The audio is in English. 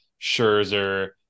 Scherzer